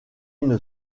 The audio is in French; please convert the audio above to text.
une